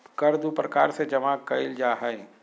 कर दू प्रकार से जमा कइल जा हइ